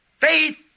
Faith